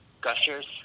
Gushers